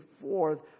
forth